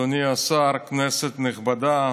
אדוני השר, כנסת נכבדה,